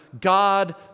God